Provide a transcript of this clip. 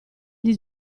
gli